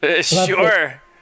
Sure